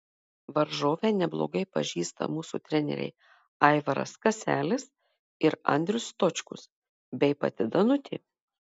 varžovę neblogai pažįsta mūsų treneriai aivaras kaselis ir andrius stočkus bei pati danutė